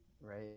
Right